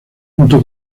junto